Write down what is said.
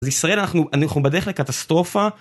אז ישראל אנחנו אנחנו בדרך לקטסטרופה.